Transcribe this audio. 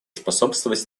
способствовать